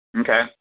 Okay